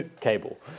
cable